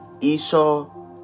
Esau